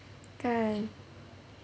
kan